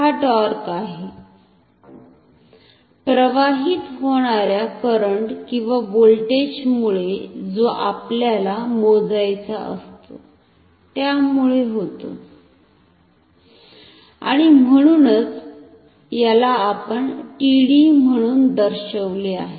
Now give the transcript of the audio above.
तर हा टॉर्क आहे प्रवाहित होणाऱ्या करंट किंवा व्होल्टेज मुळे जो आपल्याला मोजायचा असतो त्यामुळे होतो आणि म्हणूनच याला आपण TD म्हणुन दर्शविले आहे